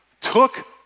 took